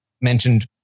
mentioned